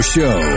Show